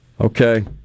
Okay